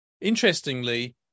interestingly